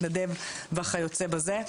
מתנדב וכיוצא בזה.